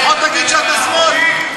לפחות תגיד שאתה שמאל.